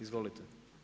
Izvolite.